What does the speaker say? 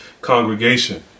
congregation